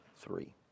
three